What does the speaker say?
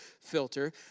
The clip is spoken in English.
filter